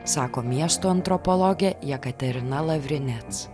sako miesto antropologė jekaterina lavrinec